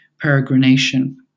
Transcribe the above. peregrination